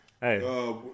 Hey